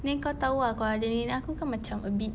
then kau tahu ah kalau ada nenek aku kan macam a bit